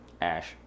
Ash